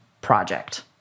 project